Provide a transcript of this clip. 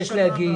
מבקש להגיד,